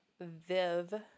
Viv